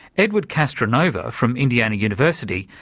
edward castronova from indiana university,